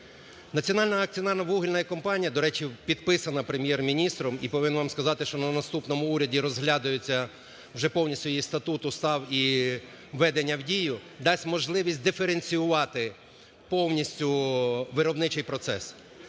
Національна акціонерна вугільна компанія, до речі, підписана Прем'єр-міністром, і повинен вам сказати, що на наступному уряді розглядуються вже повністю її статут, устав і введення в дію, дасть можливість диференціювати повністю виробничий процес.